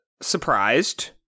Surprised